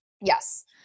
Yes